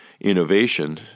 innovation